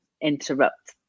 interrupt